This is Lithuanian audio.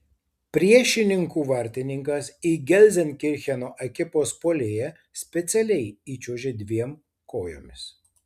priešininkų vartininkas į gelzenkircheno ekipos puolėją specialiai įčiuožė dviem kojomis